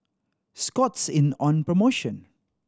Scott's in on promotion